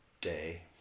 day